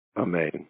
Amen